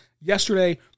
Yesterday